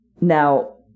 Now